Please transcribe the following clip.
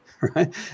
right